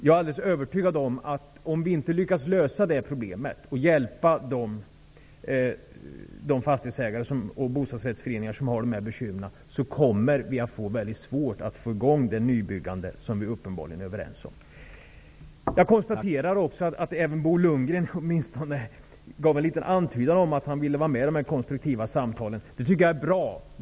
Jag är alldeles övertygad om, att om vi inte lyckas lösa det problemet och hjälpa de fastighetsägare och bostadsrättsföreningar som har sådana bekymmer kommer vi att få väldigt svårt att få i gång det nybyggande som vi uppenbarligen är överens om. Jag konstaterar också att även Bo Lundgren åtminstone gjorde en liten antydan om att han ville vara med i dessa konstruktiva samtal. Det tycker jag är bra.